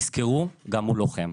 תזכרו גם הוא לוחם.